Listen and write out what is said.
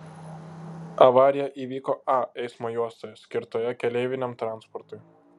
avarija įvyko a eismo juostoje skirtoje keleiviniam transportui